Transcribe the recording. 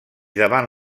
davant